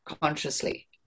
consciously